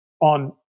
on